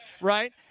right